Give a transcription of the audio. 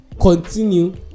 continue